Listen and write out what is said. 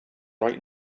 right